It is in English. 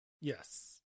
Yes